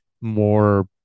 more